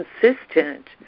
consistent